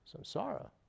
samsara